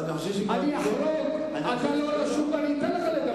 אני אחרוג, אתה לא רשום, ואני אתן לך לדבר.